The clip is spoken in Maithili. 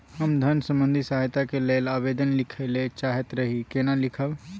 हम धन संबंधी सहायता के लैल आवेदन लिखय ल चाहैत रही केना लिखब?